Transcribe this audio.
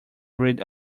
bread